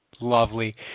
Lovely